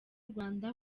rwanda